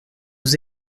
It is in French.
nous